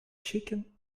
chicken